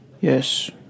Yes